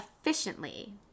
efficiently